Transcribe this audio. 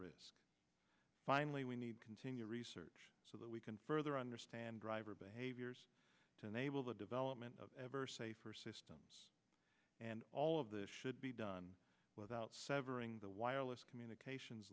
service finally we need continue research so that we can further understand driver behaviors to enable the development of ever safer systems and all of this should be done without severing the wireless communications